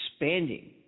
expanding